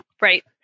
Right